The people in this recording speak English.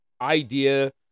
idea